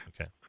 Okay